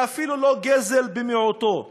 זה אפילו לא גזל במיעוטו,